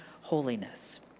holiness